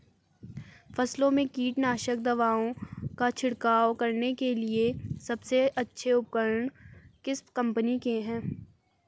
फसलों में कीटनाशक दवाओं का छिड़काव करने के लिए सबसे अच्छे उपकरण किस कंपनी के हैं?